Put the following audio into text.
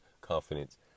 confidence